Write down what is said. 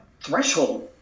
Threshold